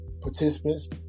participants